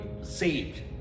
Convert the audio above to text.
saved